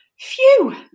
Phew